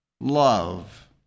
love